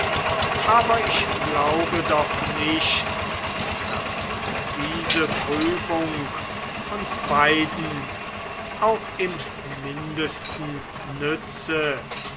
aber ich glaube doch nicht daß diese prüfung uns beiden auch im mindesten nütze